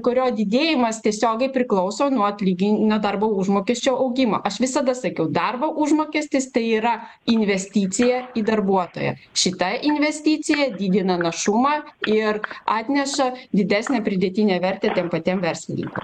kurio didėjimas tiesiogiai priklauso nuo atlygį nuo darbo užmokesčio augimo aš visada sakiau darbo užmokestis tai yra investicija į darbuotoją šita investicija didina našumą ir atneša didesnę pridėtinę vertę tiem patiem verslininkam